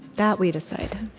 that, we decide